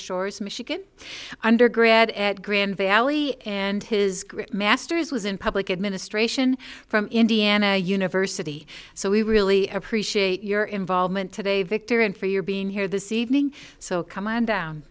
shores michigan undergrad at grande valley and his master's was in public administration from indiana university so we really appreciate your involvement today victor and for your being here this evening so come on down